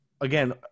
Again